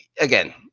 Again